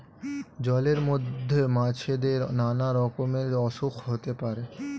জলের মধ্যে মাছেদের নানা রকমের অসুখ হতে পারে